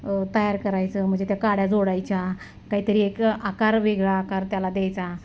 तयार करायचं म्हणजे त्या काड्या जोडायच्या काहीतरी एक आकार वेगळा आकार त्याला द्यायचा